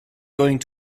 going